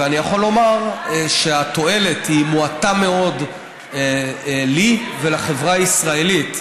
ואני יכול לומר שהתועלת היא מועטה מאוד לי ולחברה הישראלית.